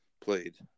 played